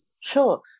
Sure